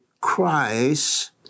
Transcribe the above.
Christ